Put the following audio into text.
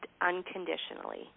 unconditionally